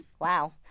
Wow